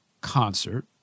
concert